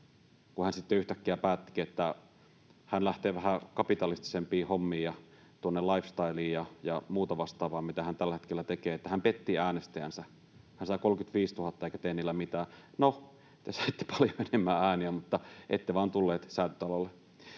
ja hän sitten yhtäkkiä päättikin, että hän lähtee vähän kapitalistisempiin hommiin — lifestylea ja muuta vastaavaa, mitä hän tällä hetkellä tekee — niin hän petti äänestäjänsä: hän sai 35 000 ääntä eikä tee niillä mitään. No, te saitte paljon enemmän ääniä, mutta ette vain tulleet Säätytalolle.